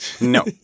No